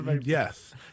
yes